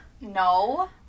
No